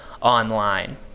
online